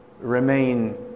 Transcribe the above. remain